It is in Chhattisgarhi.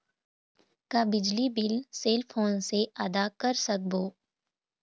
का बिजली बिल सेल फोन से आदा कर सकबो?